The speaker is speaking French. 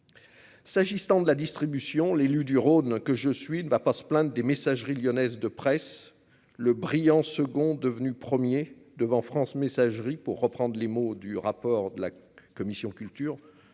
s'agissant de la distribution, l'élu du Rhône que je suis ne va pas se plaindre des Messageries lyonnaises de presse, le brillant second devenu 1er devant France messagerie pour reprendre les mots du rapport de la commission culture